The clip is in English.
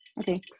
Okay